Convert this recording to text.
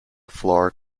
floor